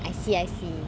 I see I see